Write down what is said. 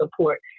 support